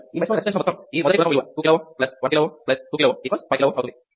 ఈ మెష్లోని రెసిస్టెన్స్ ల మొత్తం ఈ మొదటి గుణకం విలువ 2 kΩ 1 kΩ 2 kΩ 5 kΩ అవుతుంది